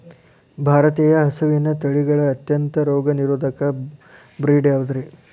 ಭಾರತೇಯ ಹಸುವಿನ ತಳಿಗಳ ಅತ್ಯಂತ ರೋಗನಿರೋಧಕ ಬ್ರೇಡ್ ಯಾವುದ್ರಿ?